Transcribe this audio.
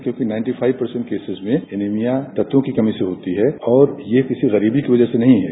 क्योंकि पन्चानबे प्रतिशत केसेज में एनीमिया तत्वों की कमी से होती है और यह किसी गरीबी की वजह से नहीं है